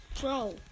Bro